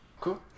Cool